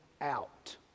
out